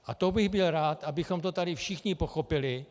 A to bych byl rád, abychom to tady všichni pochopili.